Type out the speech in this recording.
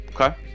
Okay